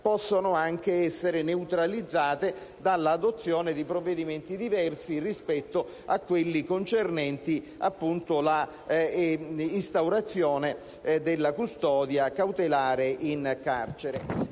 possano anche essere anche neutralizzate dall'adozione di provvedimenti diversi rispetto a quelli concernenti l'instaurazione della custodia cautelare in carcere.